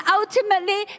ultimately